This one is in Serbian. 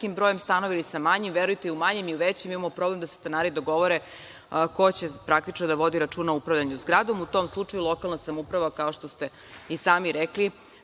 brojem stanova ili sa manjim, verujte i u manjim i većim imamo problem da se stanari dogovore ko će praktično da vodi računa o upravljanju zgradom. U tom slučaju lokalna samouprava kao što ste i sami rekli